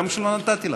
גם כשלא נתתי לך.